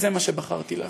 וזה מה שבחרתי לעשות.